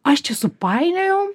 aš čia supainiojau